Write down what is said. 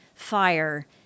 Fire